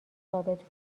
ثابت